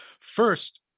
First